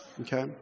Okay